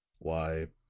why,